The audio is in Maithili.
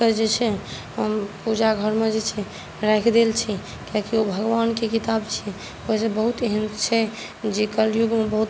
के जे छै हम पूजा घरमे जे छै राखि देल छै कियाकि ओ भगवानके किताब छियै ओहिसँ बहुत एहन छै जे कलयुगमे बहुत